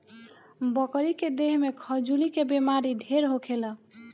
बकरी के देह में खजुली के बेमारी ढेर होखेला